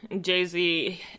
Jay-Z